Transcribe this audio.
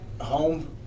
home